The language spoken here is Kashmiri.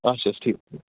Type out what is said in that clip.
اچھا حظ ٹھیٖک